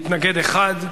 מתנגד אחד,